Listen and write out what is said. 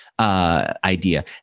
Idea